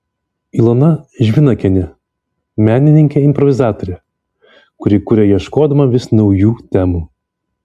ilona žvinakienė menininkė improvizatorė kuri kuria ieškodama vis naujų temų